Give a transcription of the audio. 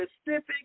specific